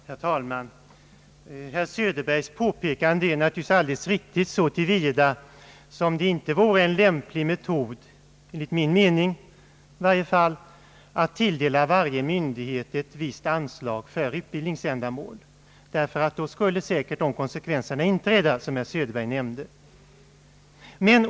Herr talman! Herr Söderbergs påpekande är naturligtvis riktigt så till vida att det inte vore en lämplig metod att tilldela varje myndighet ett visst anslag för utbildningsändamål, ty då skulle säkert de konsekvenser inträda som herr Söderberg nämnde.